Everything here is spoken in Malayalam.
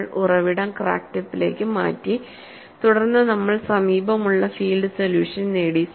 നമ്മൾ ഉറവിടം ക്രാക്ക് ടിപ്പിലേക്ക് മാറ്റി തുടർന്ന് നമ്മൾ സമീപമുള്ള ഫീൽഡ് സൊല്യൂഷൻ നേടി